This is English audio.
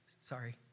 Sorry